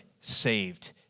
saved